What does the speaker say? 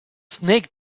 snake